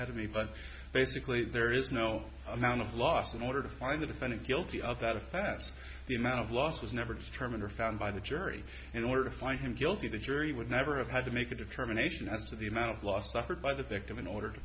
ahead of me but basically there is no amount of loss in order to find the defendant guilty of that of theft the amount of loss was never determined or found by the jury in order to find him guilty the jury would never have had to make a determination as to the amount of loss suffered by the victim in order to